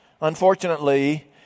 Unfortunately